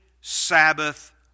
sabbath